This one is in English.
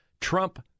Trump